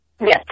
Yes